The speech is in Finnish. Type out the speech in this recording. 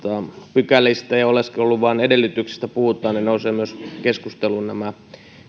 pykälistä ja oleskeluluvan edellytyksistä puhutaan keskusteluun nousevat myös nämä